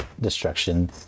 destruction